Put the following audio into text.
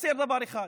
חסר דבר אחד.